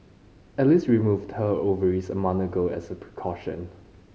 Alice removed her ovaries a month ago as a precaution